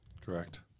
Correct